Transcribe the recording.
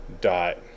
dot